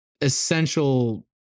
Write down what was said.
essential